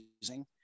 using